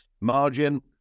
margin